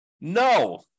No